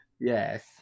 Yes